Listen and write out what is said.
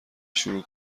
شروع